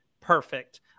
perfect